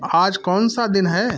आज कौन सा दिन है